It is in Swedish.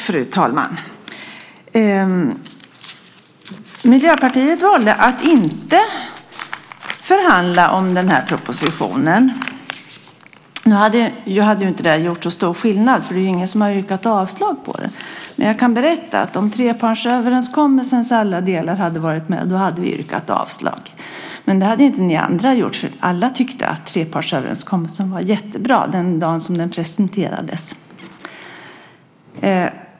Fru talman! Miljöpartiet valde att inte förhandla om den här propositionen. Nu hade inte det gjort så stor skillnad. Det är ingen som har yrkat avslag på den. Men jag kan berätta att om trepartsöverenskommelsens alla delar hade varit med då hade vi yrkat avslag. Men det hade inte ni andra gjort. Alla tyckte att trepartsöverenskommelsen var jättebra den dagen den presenterades.